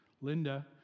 Linda